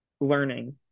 learning